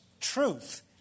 truth